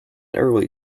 early